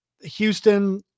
Houston